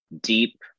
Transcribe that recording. deep